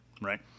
right